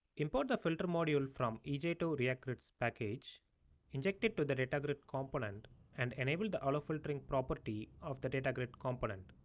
import the filter module from e j two react grids package inject it to but the data grid component and enable the allowfiltering property of the data grid component.